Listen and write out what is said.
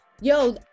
yo